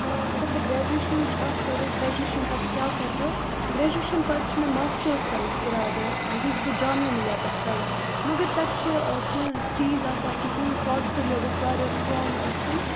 آ اگر بہٕ گرٛیجویشَنٕچ کَتھ کَرٕ گرٛیجویشَن پَتہٕ کیٛاہ کَرٕ بہٕ گرٛیجویشَن پَتہٕ چھُ مےٚ ماسٹٲز کَرنُک اِرادٕ یُس بہٕ جامعہ مِلیہ پٮ۪ٹھ کَرٕ مگر تَتہِ چھُ کینٛہہ چیٖز آسان کہِ تُہُنٛد پاٹفولیو گژھِ واریاہ سٕٹرٛانٛگ آسُن